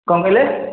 କ'ଣ କହିଲେ